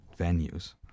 venues